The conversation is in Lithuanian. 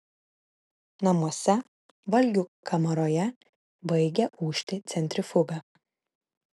namuose valgių kamaroje baigia ūžti centrifuga